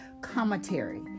commentary